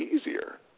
easier